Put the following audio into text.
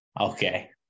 Okay